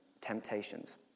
temptations